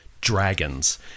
dragons